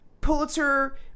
pulitzer